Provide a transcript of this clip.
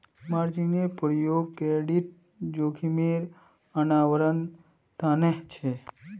मार्जिनेर प्रयोग क्रेडिट जोखिमेर आवरण तने ह छे